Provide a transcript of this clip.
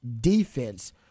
defense